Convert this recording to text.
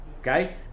Okay